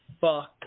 Fuck